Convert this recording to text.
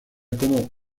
como